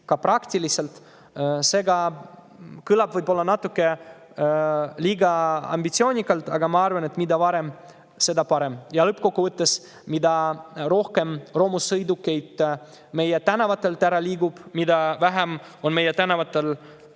taaskasutatakse. See kõlab võib-olla natuke liiga ambitsioonikalt, aga ma arvan, et mida varem, seda parem. Ja mida rohkem romusõidukeid meie tänavatelt ära liigub, mida vähem on meie tänavatel